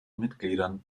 mitgliedern